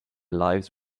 lives